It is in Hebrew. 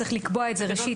צריך לקבוע את זה כחובה,